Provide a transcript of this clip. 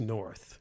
North